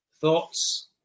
thoughts